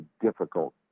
difficult